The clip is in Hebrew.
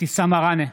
אבתיסאם מראענה,